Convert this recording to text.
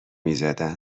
میزدن